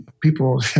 people